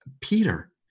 Peter